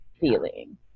feeling